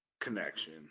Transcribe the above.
connection